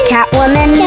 Catwoman